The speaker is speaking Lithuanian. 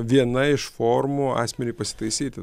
viena iš formų asmeniui pasitaisyti